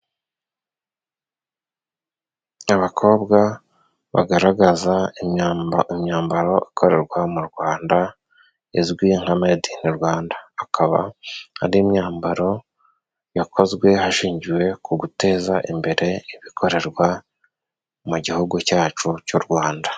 Abakobwa bagaragaza imyambaro ikorerwa mu Rwanda. Izwi nka mede ini Rwanda, akaba ari imyambaro yakozwe hashingiwe, ku guteza imbere ibikorerwa mu gihugu cyacu cy'u Rwanda.